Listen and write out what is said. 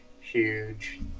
huge